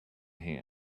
hand